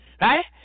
Right